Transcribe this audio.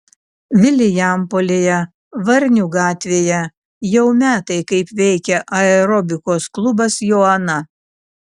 vilijampolėje varnių gatvėje jau metai kaip veikia aerobikos klubas joana